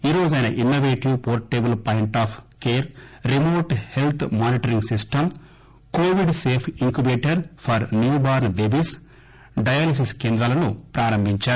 ఈరోజు ఆయన innovative portable point of care remote health monitoring system COVID safe incubator for newborn babies dialysis కేంద్రాన్ని ప్రారంభించారు